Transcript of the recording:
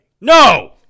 No